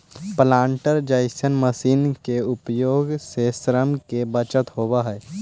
planter जईसन machine के उपयोग से श्रम के बचत होवऽ हई